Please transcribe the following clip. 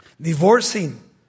divorcing